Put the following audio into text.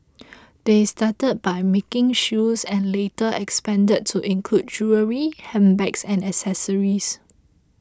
they started by making shoes and later expanded to include jewellery handbags and accessories